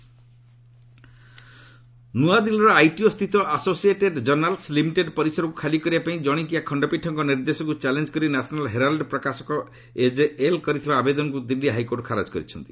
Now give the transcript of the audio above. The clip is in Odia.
ଏଚ୍ସି ହେରାଲ୍ଡ୍ ନୂଆଦିଲ୍ଲୀର ଆଇଟିଓ ସ୍ଥିତ ଆସୋସିଏଟ୍ ଜର୍ଣ୍ଣାଲ୍ସ୍ ଲିମିଟେଡ୍ ପରିସରକୁ ଖାଲି କରିବାପାଇଁ ଜଣିକିଆ ଖଣ୍ଡପୀଠଙ୍କ ନିର୍ଦ୍ଦେଶକୁ ଚ୍ୟାଲେଞ୍ଜ୍କରି ନ୍ୟାସନାଲ୍ ହେରାଲ୍ଡ୍ ପ୍ରକାଶକ ଏଜେଏଲ୍ କରିଥିବା ଆବେଦନକୁ ଦିଲ୍ଲୀ ହାଇକୋର୍ଟ ଖାରଜ କରିଛନ୍ତି